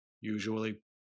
usually